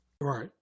Right